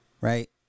right